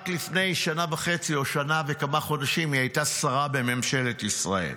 רק לפני שנה וחצי או שנה וכמה חודשים היא הייתה שרה בממשלת ישראל.